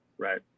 Right